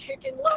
chicken